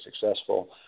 successful